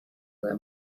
their